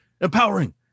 empowering